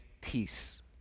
peace